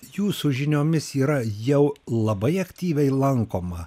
jūsų žiniomis yra jau labai aktyviai lankoma